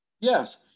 Yes